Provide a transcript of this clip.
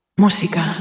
música